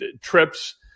trips